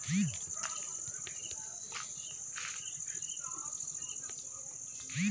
ಭತ್ತದ ಉತ್ಪಾದನೆಯಲ್ಲಿ ಭಾರತವು ಯಪ್ಪತ್ತು ಪಾಯಿಂಟ್ ಹದಿನೆಂಟು ಬಿಲಿಯನ್ ಮೌಲ್ಯ ಹೊಂದಿದೆ